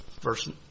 verse